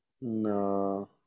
No